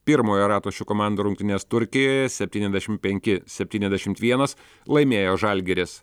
pirmojo rato šių komandų rungtynes turkijoje septyniasdešim penki septyniasdešimt vienas laimėjo žalgiris